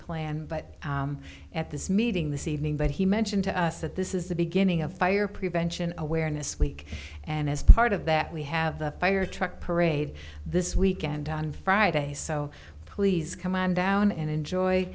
plan but at this meeting this evening but he mentioned to us that this is the beginning of fire prevention awareness week and as part of that we have the fire truck parade this weekend on friday so please come on down and enjoy